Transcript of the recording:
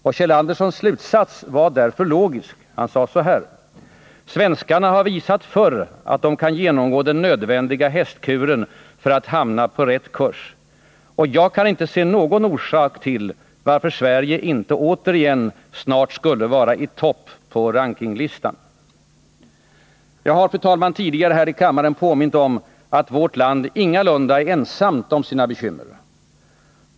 Och Kjeld Andersens slutsats var därför logisk: ”Svenskarna har visat förr att de kan genomgå den nödvändiga hästkuren för att hamna på rätt kurs, och jag kan inte se någon orsak till varför Sverige inte återigen snart skulle vara i topp på rankinglistan.” Jag har tidigare här i kammaren påmint om att vårt land ingalunda är ensamt om sina bekymmer.